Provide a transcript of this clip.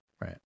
Right